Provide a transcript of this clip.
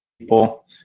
People